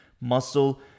muscle